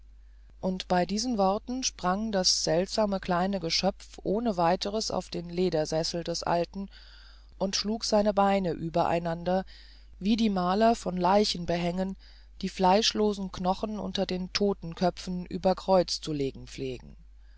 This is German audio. und bei diesen worten sprang das seltsame kleine geschöpf ohne weiters auf den ledersessel des alten und schlug seine beine übereinander wie die maler von leichenbehängen die fleischlosen knochen unter den todtenköpfen über kreuz zu legen pflegen